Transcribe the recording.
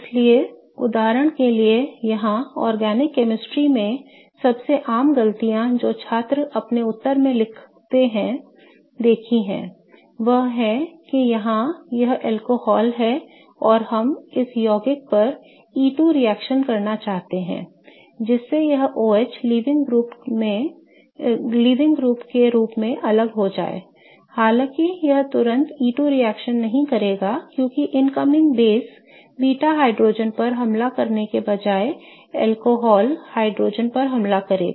इसलिए उदाहरण के लिए यहां कार्बनिक रसायन विज्ञान में सबसे आम गलतियां जो छात्र अपने उत्तर लिखते में करते हैं देखी हैं वह है कि यहां यह अल्कोहल है और हम इस यौगिक पर E2 रिएक्शन करना चाहते हैं जिससे यह OH लीविंग ग्रुप के रूप में अलग हो जाए I हालांकि यह तुरंत E2 रिएक्शन नहीं करेगा क्योंकि इनकमिंग बेस बीटा हाइड्रोजन पर हमला करने के बजाय अल्कोहल हाइड्रोजन पर हमला करेगा